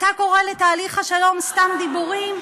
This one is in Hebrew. אתה קורא לתהליך השלום "סתם דיבורים"?